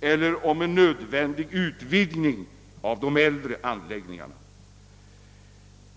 eller om en nödvändig utvidgning av äldre anläggningar.